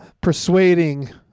persuading